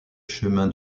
chemin